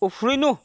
उफ्रिनु